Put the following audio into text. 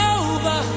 over